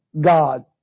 God